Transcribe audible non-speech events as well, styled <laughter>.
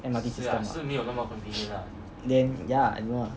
M_R_T station what <breath> then yeah I don't know ah